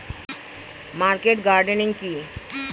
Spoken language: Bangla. মার্কেট গার্ডেনিং কি?